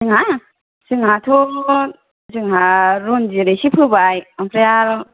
जोंहा जोंहाथ' जोंहा रन्जित एसे फोबाय आमफ्राय आरो